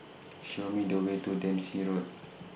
Show Me The Way to Dempsey Road